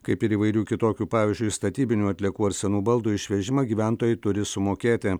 kaip ir įvairių kitokių pavyzdžiui statybinių atliekų ar senų baldų išvežimą gyventojai turi sumokėti